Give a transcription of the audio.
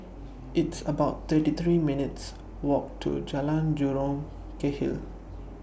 It's about thirty three minutes' Walk to Jalan Jurong Kechil